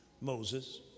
Moses